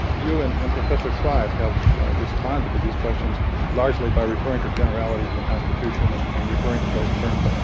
you and and professor tribe have responded to these questions largely by referring to generalities in the constitution and and referring to those terms,